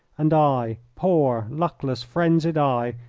and i, poor, luckless, frenzied i,